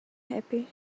happy